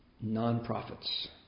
non-profits